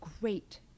great